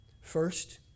First